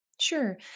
Sure